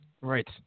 Right